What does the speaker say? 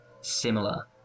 similar